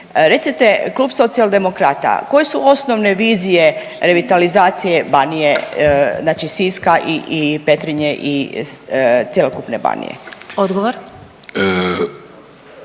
Recite klub Socijaldemokrata koje su osnovne vizije revitalizacije Banije, znači Siska i Petrinje i cjelokupne Banije.